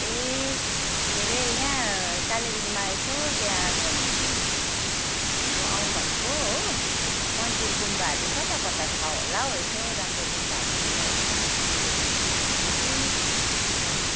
ए के हरे यहाँ कालेबुङमा यसो त्यहाँ घुम्नु आऊँ भनेको हो मन्दिर गुम्बाहरू कता कता छ होला हौ यसो राम्रो गुम्बाहरूतिर यसो पुऱ्याउन सक्नु हुन्थ्यो कि